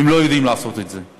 הם לא יודעים לעשות את זה,